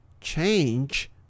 Change